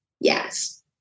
yes